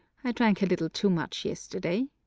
i drank a little too much yesterday.